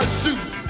shoot